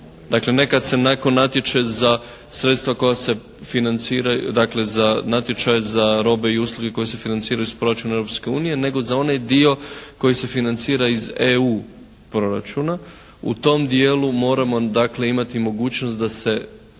dakle ne kad se netko natječe za sredstva koja se financiraju, dakle za natječaj za robe i usluge koje se financiraju iz proračuna Europske unije, nego za onaj dio koji se financira iz EU proračuna. U tom dijelu moramo dakle imati mogućnost da se natječaj